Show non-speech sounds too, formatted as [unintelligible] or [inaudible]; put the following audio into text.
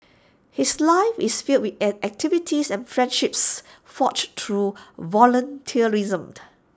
his life is filled with [unintelligible] activity and friendships forged through volunteerism